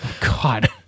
God